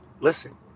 Listen